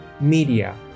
media